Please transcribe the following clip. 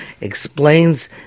explains